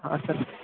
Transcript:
ಹಾಂ ಸರ್